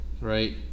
right